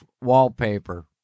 wallpaper